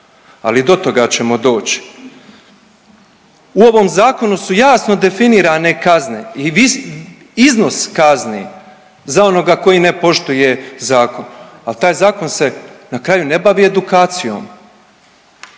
Ali do toga ćemo doći. U ovom zakonu su jasno definirane kazne i iznos kazni za onoga koji ne poštuje zakon, ali taj zakon se na kraju ne bavi edukacijom.